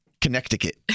Connecticut